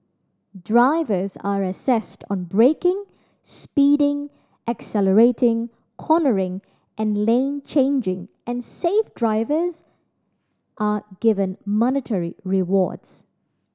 drivers are assessed on braking speeding accelerating cornering and lane changing and safe drivers are given monetary rewards